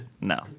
no